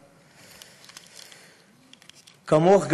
כמוך,